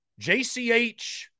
JCH